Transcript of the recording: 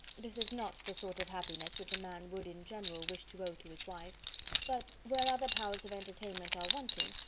this is not the sort of happiness which a man would in general wish to owe to his wife but where other powers of entertainment are wanting,